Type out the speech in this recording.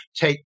take